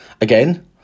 again